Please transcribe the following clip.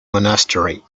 monastery